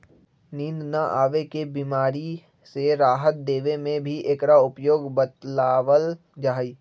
नींद न आवे के बीमारी से राहत देवे में भी एकरा उपयोग बतलावल जाहई